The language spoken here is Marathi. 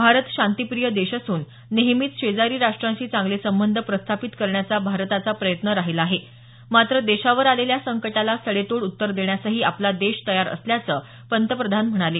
भारत शांतीप्रिय देश असून नेहमीच शेजारी राष्ट्रांशी चांगले संबंध प्रस्थापित करण्याचा भारताचा प्रयत्न राहिला आहे मात्र देशावर आलेल्या संकटाला सडेतोडपणे उत्तर देण्यासही आपला देश तयार असल्याचं पंतप्रधान म्हणाले